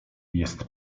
jest